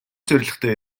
зорилготой